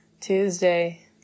Tuesday